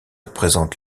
présente